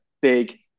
big